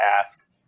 ask